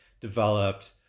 developed